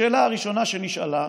השאלה הראשונה שנשאלה: